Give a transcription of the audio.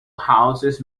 houses